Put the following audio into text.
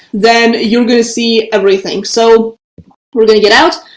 then you're going to see everything so we're going to get out.